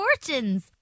fortunes